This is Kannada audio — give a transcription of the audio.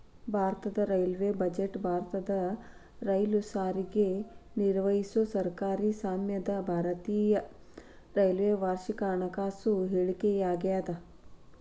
ಭಾರತದ ರೈಲ್ವೇ ಬಜೆಟ್ ಭಾರತದ ರೈಲು ಸಾರಿಗೆ ನಿರ್ವಹಿಸೊ ಸರ್ಕಾರಿ ಸ್ವಾಮ್ಯದ ಭಾರತೇಯ ರೈಲ್ವೆ ವಾರ್ಷಿಕ ಹಣಕಾಸು ಹೇಳಿಕೆಯಾಗ್ಯಾದ